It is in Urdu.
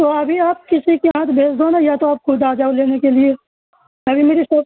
تو ابھی آپ کسی کے ہاتھ بھیج دو نا یا تو آپ خود آ جاؤ لینے کے لیے ابھی میری شاپ